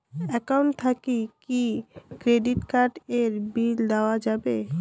Account থাকি কি credit card এর বিল দেওয়া যাবে?